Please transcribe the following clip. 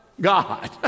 God